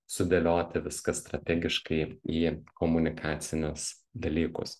sudėlioti viską strategiškai į komunikacinius dalykus